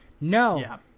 No